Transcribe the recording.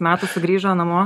metų sugrįžo namo